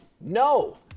No